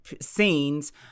scenes